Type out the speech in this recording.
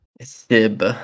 Sib